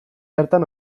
hartan